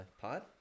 pod